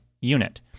unit